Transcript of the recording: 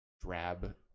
drab